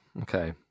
okay